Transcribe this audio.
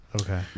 Okay